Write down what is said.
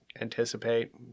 anticipate